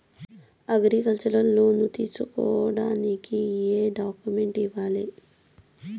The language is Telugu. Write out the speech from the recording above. అగ్రికల్చర్ లోను తీసుకోడానికి ఏం డాక్యుమెంట్లు ఇయ్యాలి?